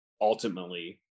ultimately